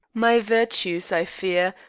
my virtues, i fear,